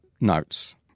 notes